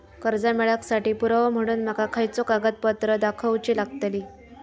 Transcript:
कर्जा मेळाक साठी पुरावो म्हणून माका खयचो कागदपत्र दाखवुची लागतली?